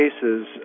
cases